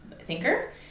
thinker